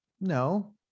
no